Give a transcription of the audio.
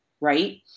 Right